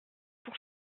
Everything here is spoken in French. pour